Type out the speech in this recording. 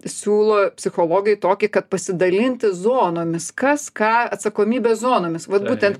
siūlo psichologai tokį kad pasidalinti zonomis kas ką atsakomybės zonomis vat būtent